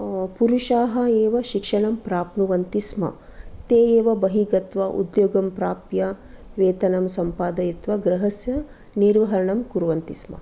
पुरुषाः एव शिक्षणं प्राप्नुवन्ति स्म ते एव बहिः गत्वा उद्योगं प्राप्य वेतनं सम्पादयित्वा गृहस्य निर्वहणं कुर्वन्ति स्म